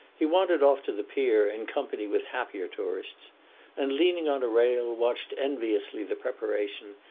he wandered off to the pier in company with happier tourists and, leaning on a rail, watched enviously the preparation,